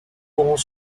pourront